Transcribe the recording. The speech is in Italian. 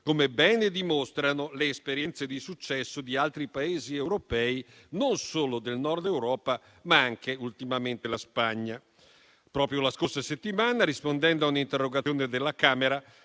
come bene dimostrano le esperienze di successo di altri Paesi europei, non solo del Nord Europa, ma anche, ultimamente, della Spagna. Proprio la scorsa settimana, rispondendo a un'interrogazione alla Camera,